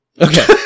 Okay